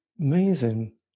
amazing